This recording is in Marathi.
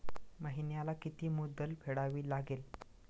महिन्याला किती मुद्दल फेडावी लागेल?